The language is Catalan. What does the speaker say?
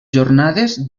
jornades